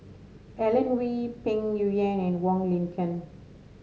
Alan Oei Peng Yuyun and Wong Lin Ken